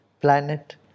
planet